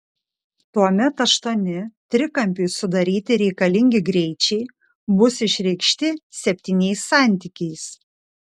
tuomet aštuoni trikampiui sudaryti reikalingi greičiai bus išreikšti septyniais santykiais